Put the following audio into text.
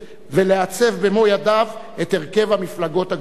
ולעצב במו ידיו את הרכב המפלגות הגדולות.